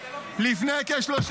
--- רון כץ.